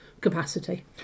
capacity